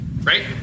right